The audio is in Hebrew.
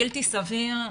בלתי סביר,